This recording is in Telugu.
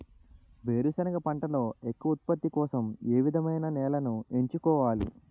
వేరుసెనగ పంటలో ఎక్కువ ఉత్పత్తి కోసం ఏ విధమైన నేలను ఎంచుకోవాలి?